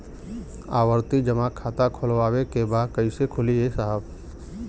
आवर्ती जमा खाता खोलवावे के बा कईसे खुली ए साहब?